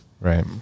Right